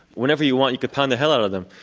whenever you want you can pound the hell out of them.